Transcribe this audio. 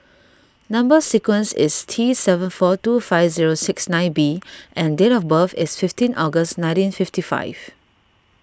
Number Sequence is T seven four two five zero six nine B and date of birth is fifteen August nineteen fifty five